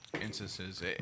instances